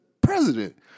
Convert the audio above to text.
president